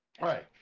right